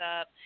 up